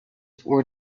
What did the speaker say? were